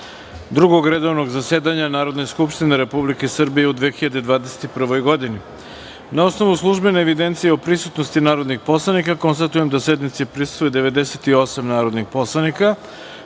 Drugog redovnog zasedanja Narodne skupštine Republike Srbije u 2021. godini. Na osnovu službene evidencije o prisutnosti narodnih poslanika, konstatujem da sednici prisustvuje 98 narodnih poslanika. Podsećam